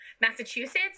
Massachusetts